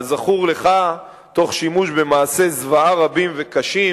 כזכור לך, תוך שימוש במעשי זוועה רבים וקשים